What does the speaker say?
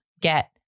get